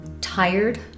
tired